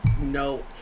no